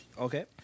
Okay